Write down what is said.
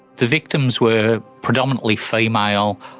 the victims were predominantly female,